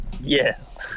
Yes